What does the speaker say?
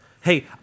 Hey